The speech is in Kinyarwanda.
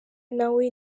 nawe